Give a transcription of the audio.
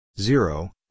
Zero